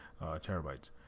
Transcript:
terabytes